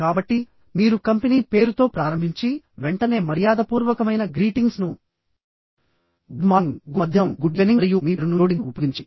కాబట్టి మీరు కంపెనీ పేరుతో ప్రారంభించి వెంటనే మర్యాదపూర్వకమైన గ్రీటింగ్స్ ను గుడ్ మార్నింగ్ గుడ్ మధ్యాహ్నంగుడ్ ఈవెనింగ్ మరియు మీ పేరును జోడించి ఉపయోగించండి